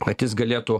kad jis galėtų